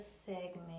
segment